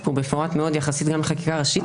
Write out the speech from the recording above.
הוא מפורט מאוד בחקיקה הראשית,